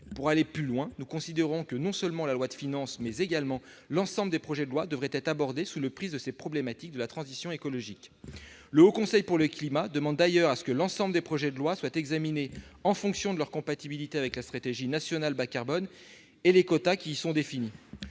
Pour aller plus loin, nous considérons que non seulement la loi de finances, mais l'ensemble des projets de loi devraient être abordés sous le prisme des problématiques liées à la transition écologique. Le Haut Conseil pour le climat demande d'ailleurs que l'ensemble des projets de loi soient examinés en fonction de leur compatibilité avec la stratégie nationale bas-carbone et les quotas qui y sont définis.